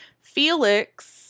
Felix